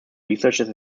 researchers